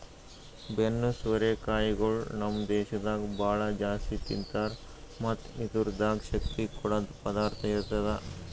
ಬೆನ್ನು ಸೋರೆ ಕಾಯಿಗೊಳ್ ನಮ್ ದೇಶದಾಗ್ ಭಾಳ ಜಾಸ್ತಿ ತಿಂತಾರ್ ಮತ್ತ್ ಇದುರ್ದಾಗ್ ಶಕ್ತಿ ಕೊಡದ್ ಪದಾರ್ಥ ಇರ್ತದ